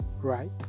right